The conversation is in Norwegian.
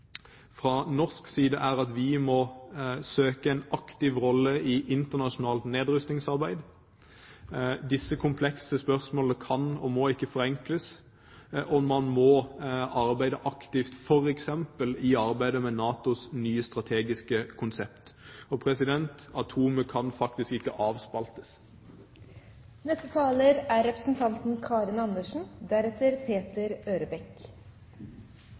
fra norsk side er at vi må søke en aktiv rolle i internasjonalt nedrustningsarbeid. Disse komplekse spørsmålene kan og må ikke forenkles, og man må arbeide aktivt, f.eks. i arbeidet med NATOs nye strategiske konsept. Og atomer kan faktisk ikke avspaltes. En verden uten atomvåpen er